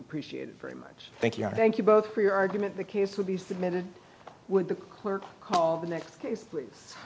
appreciate it very much thank you thank you both for your argument the case will be submitted with the clerk call the next case pl